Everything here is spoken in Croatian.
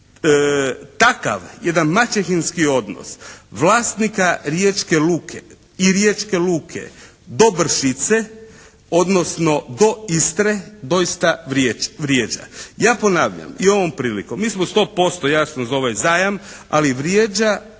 Takav jedan maćehinski odnos vlasnika Riječke luke do Brčice odnosno do Istre doista vrijeđa. Ja ponavljam, i ovom prilikom mi smo 100% jasno za ovaj zajam ali vrijeđa